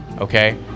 Okay